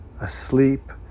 asleep